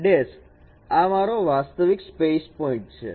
આ મારો વાસ્તવિક સ્પેસ પોઇન્ટ છે